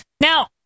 Now